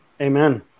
Amen